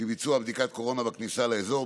מביצוע בדיקת קורונה בכניסה לאזור,